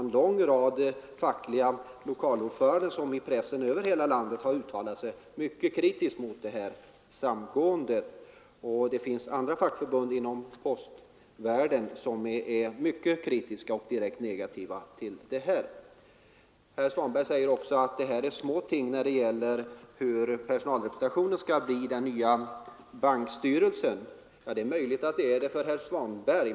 En lång rad fackliga lokalordförande har i pressen uttalat sig mycket kritiskt mot detta samgående. Även i andra fackförbund inom postvärlden är man mycket kritisk eller direkt negativ till detta förslag. Herr Svanberg sade vidare att det är små ting hur personalrepresentationen blir i den nya bankstyrelsen. Ja, det är möjligt att det är små ting för herr Svanberg.